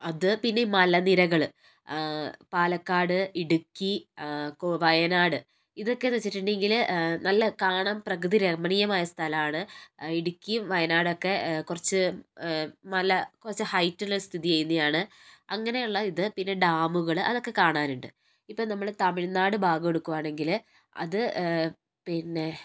അത് പിന്നെ ഈ മല നിരകൾ പാലക്കാട് ഇടുക്കി വയനാട് ഇതൊക്കെ എന്ന് വെച്ചിട്ടുണ്ടെങ്കിൽ നല്ല കാണാൻ പ്രകൃതി രമണീയമായ സ്ഥലം ആണ് ഇടുക്കിയും വയനാടൊക്കെ കുറച്ച് മല കുറച്ച് ഹൈറ്റിൽ സ്ഥിതി ചെയ്യുന്നതാണ് അങ്ങനെയുള്ള ഇത് പിന്നെ ഡാമുകൾ അതൊക്കെ കാണാനുണ്ട് ഇപ്പോൾ നമ്മൾ തമിഴ്നാട് ഭാഗം എടുക്കുവാണെങ്കിൽ അത് പിന്നെ